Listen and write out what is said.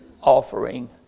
offering